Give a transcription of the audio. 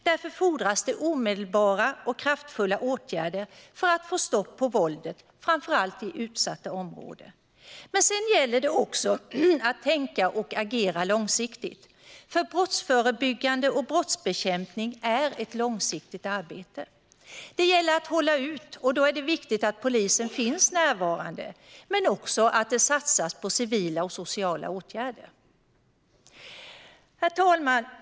Därför fordras det omedelbara och kraftfulla åtgärder för att få stopp på våldet, framför allt i utsatta områden. Men sedan gäller det också att tänka och agera långsiktigt, för brottsförebyggande och brottsbekämpning är ett långsiktigt arbete. Det gäller att hålla ut, och då är det viktigt att polisen finns närvarande men också att det satsas på civila och sociala åtgärder. Herr talman!